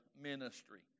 Ministry